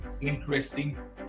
interesting